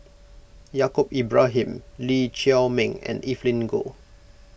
Yaacob Ibrahim Lee Chiaw Meng and Evelyn Goh